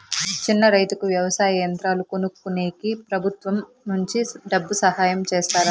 చిన్న రైతుకు వ్యవసాయ యంత్రాలు కొనుక్కునేకి ప్రభుత్వం నుంచి డబ్బు సహాయం చేస్తారా?